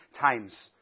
times